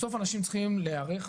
בסוף אנשים צריכים להיערך,